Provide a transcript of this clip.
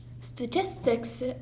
Statistics